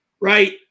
right